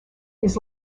his